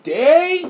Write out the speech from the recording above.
day